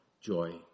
joy